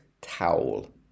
towel